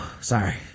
Sorry